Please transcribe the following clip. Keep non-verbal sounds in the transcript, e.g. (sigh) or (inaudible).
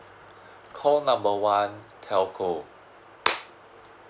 call number one telco (noise)